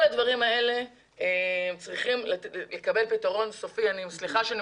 כל הדברים האלה צריכים לקבל פתרון סופי וסליחה שאני